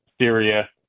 Syria